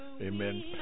Amen